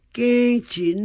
Quente